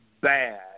bad